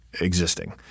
existing